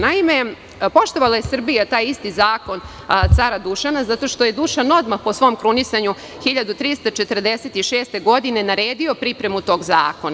Naime, poštovala je Srbija taj isti zakon cara Dušana, zato što je Dušan odmah po svom krunisanju 1346. godine naredio pripremu tog zakona.